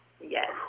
Yes